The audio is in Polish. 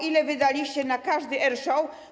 Ile wydaliście na każdy air show?